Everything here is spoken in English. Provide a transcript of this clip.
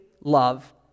love